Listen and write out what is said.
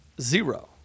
Zero